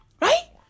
Right